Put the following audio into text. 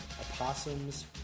opossums